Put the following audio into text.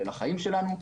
לחיים שלנו,